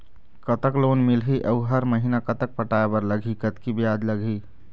कतक लोन मिलही अऊ हर महीना कतक पटाए बर लगही, कतकी ब्याज लगही?